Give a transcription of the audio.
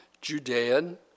Judean